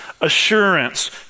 assurance